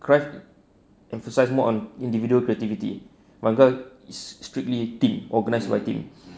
cryuff emphasise more on individual creativity van gaal is strictly team organised by team